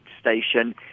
station